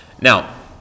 Now